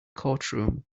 courtroom